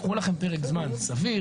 קחו לכם פרק זמן סביר,